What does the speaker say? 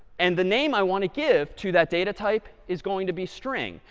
and the name i want to give to that data type is going to be string.